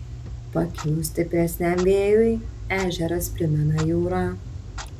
pakilus stipresniam vėjui ežeras primena jūrą